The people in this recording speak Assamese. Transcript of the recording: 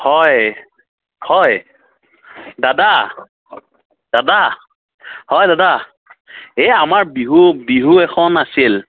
হয় হয় দাদা দাদা হয় দাদা এই আমাৰ বিহু বিহু এখন আছিল